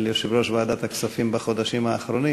יושב-ראש ועדת הכספים בחודשים האחרונים.